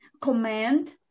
command